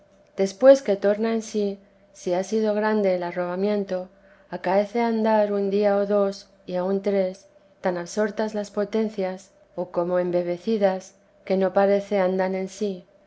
después que torna en sí si ha sido grande el arrobamiento acaece andar un día o dos y aun tres tan absortas las potencias o como embebecidas que no parece andan en sí